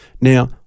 Now